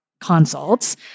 consults